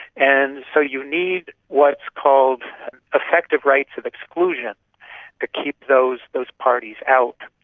and so you need what's called effective rights of exclusion to keep those those parties out.